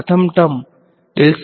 તો આ J term અહીં હું લખીશ